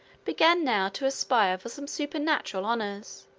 began now to aspire for some supernatural honors,